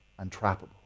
Untrappable